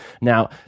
Now